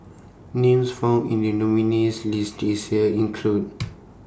Names found in The nominees' list This Year include